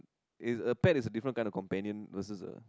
it's a pet is a different kind of companion versus a